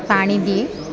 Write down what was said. ପାଣି ଦିଏ